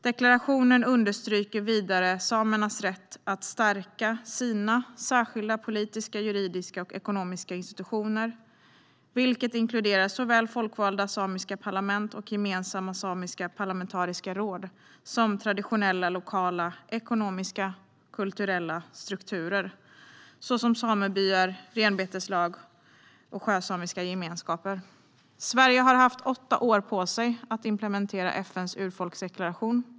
Deklarationen understryker vidare samernas rätt att stärka sina särskilda politiska, juridiska och ekonomiska institutioner, vilket inkluderar såväl folkvalda samiska parlament och gemensamma samiska parlamentariska råd som traditionella lokala ekonomiska och kulturella strukturer såsom samebyar, renbeteslag och sjösamiska gemenskaper. Sverige har haft åtta år på sig att implementera FN:s urfolksdeklaration.